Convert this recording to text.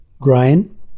grain